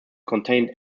contained